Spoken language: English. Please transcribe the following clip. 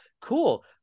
cool